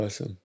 Awesome